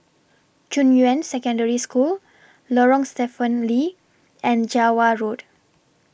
Junyuan Secondary School Lorong Stephen Lee and Java Road